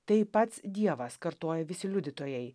tai pats dievas kartoja visi liudytojai